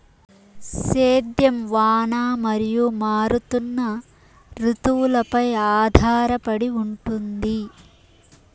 సేద్యం వాన మరియు మారుతున్న రుతువులపై ఆధారపడి ఉంటుంది